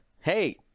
hey